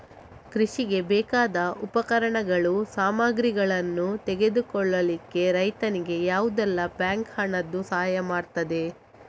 ಕೃಷಿಗೆ ಬೇಕಾದ ಉಪಕರಣಗಳು, ಸಾಮಗ್ರಿಗಳನ್ನು ತೆಗೆದುಕೊಳ್ಳಿಕ್ಕೆ ರೈತನಿಗೆ ಯಾವುದೆಲ್ಲ ಬ್ಯಾಂಕ್ ಹಣದ್ದು ಸಹಾಯ ಮಾಡ್ತದೆ?